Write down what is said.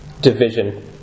division